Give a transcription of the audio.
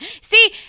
See